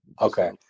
Okay